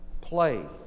Play